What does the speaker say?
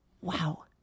wow